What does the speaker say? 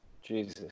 Jesus